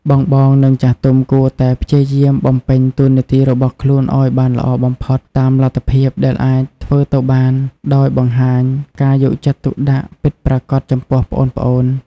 បងៗ និងចាស់ទុំគួរតែព្យាយាមបំពេញតួនាទីរបស់ខ្លួនឱ្យបានល្អបំផុតតាមលទ្ធភាពដែលអាចធ្វើទៅបាន ដោយបង្ហាញការយកចិត្តទុកដាក់ពិតប្រាកដចំពោះប្អូនៗ។